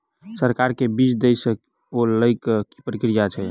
सरकार जे बीज देय छै ओ लय केँ की प्रक्रिया छै?